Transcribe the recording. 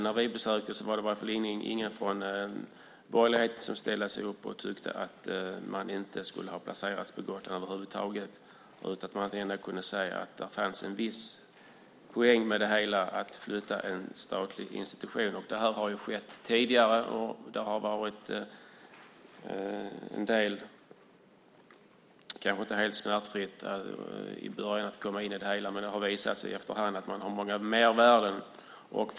När vi besökte Gotland var det i alla fall ingen från borgerligheten som ställde sig upp och tyckte att man inte skulle ha placerat Riksantikvarieämbetet på Gotland över huvud taget. Man kunde se att det fanns en viss poäng med att flytta en statlig institution. Det här har ju skett tidigare. Det kanske inte har varit helt smärtfritt att komma in i det hela i början. Men det har visat sig efter hand att det finns mycket mervärde. Herr talman!